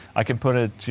i can put it,